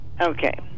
Okay